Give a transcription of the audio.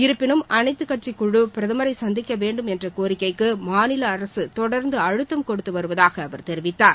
இருப்பினும் அனைத்துக் கட்சிக்குழு பிரதமரை சந்திக்க வேண்டும் என்ற கோரிக்கைக்கு மாநில அரசு தொடர்ந்து அழுத்தம் கொடுத்து வருவதாக அவர் தெரிவித்தார்